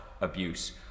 abuse